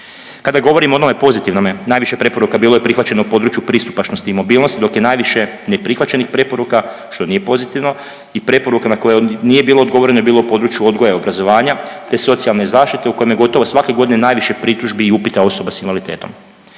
Kada govorimo o onome pozitivnome najviše preporuka bilo je prihvaćeno u području pristupačnosti i mobilnosti, dok je najviše neprihvaćenih preporuka, što nije pozitivno i preporuka na koje nije bilo odgovoreno, je bilo u području odgoja i obrazovanja te socijalne zaštite, u kojem je gotovo svake godine najviše pritužbi i upita osoba s invaliditetom.